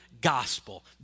gospel